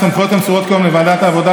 סמכויות המסורות כיום לוועדת העבודה